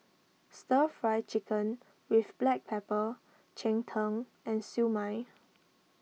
Stir Fry Chicken with Black Pepper Cheng Tng and Siew Mai